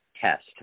test